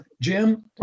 Jim